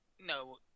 No